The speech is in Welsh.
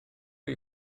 chi